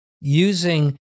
using